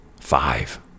five